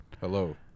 Hello